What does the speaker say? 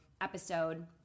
episode